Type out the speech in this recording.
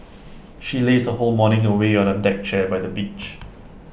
she lazed her whole morning away on A deck chair by the beach